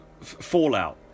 Fallout